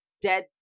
dead